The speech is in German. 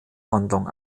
handlung